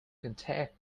contact